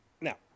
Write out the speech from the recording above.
Now